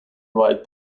write